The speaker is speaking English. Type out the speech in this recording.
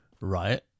Right